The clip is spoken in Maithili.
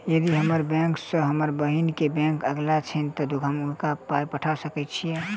यदि हम्मर बैंक सँ हम बहिन केँ बैंक अगिला छैन तऽ हुनका कोना पाई पठा सकैत छीयैन?